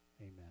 Amen